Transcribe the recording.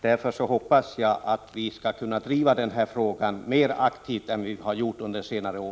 Därför hoppas jag att vi skall kunna driva säljning av bostadsrätter denna fråga mer aktivt än vad som skett under senare år.